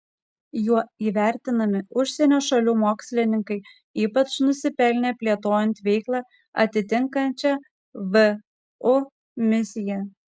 juo įvertinami užsienio šalių mokslininkai ypač nusipelnę plėtojant veiklą atitinkančią vu misiją